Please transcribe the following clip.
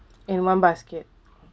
in one basket